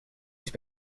east